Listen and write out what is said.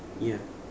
ya